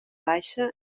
baixa